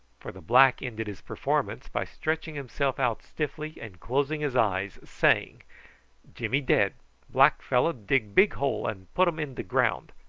for the black ended his performance by stretching himself out stiffly and closing his eyes, saying jimmy dead black fellow dig big hole and put um in de ground.